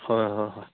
হয় হয় হয়